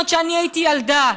עוד כשאני הייתי ילדה,